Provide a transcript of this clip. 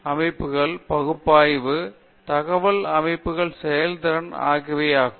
அமைப்புகளின் பகுப்பாய்வு தகவல் அமைப்புகள் செயல்திறன் ஆகியவையாகும்